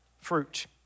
fruit